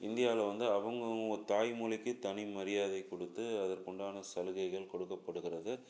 இந்தியாவில் வந்து அவுங்கவங்க தாய்மொழிக்கி தனி மரியாதை கொடுத்து அதற்கு உண்டான சலுகைகள் கொடுக்கப்படுகிறது